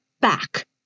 back